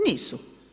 Nisu.